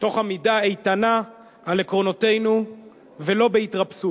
תוך עמידה איתנה על עקרונותינו ולא בהתרפסות.